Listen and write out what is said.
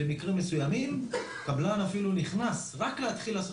במקרים מסוימים קבלן אפילו נכנס רק להתחיל לעשות